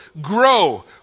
grow